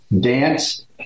Dance